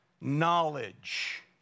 knowledge